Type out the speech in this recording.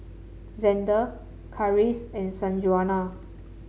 Xander Karis and Sanjuana